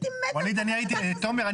הייתי מתה לדעת --- תומר,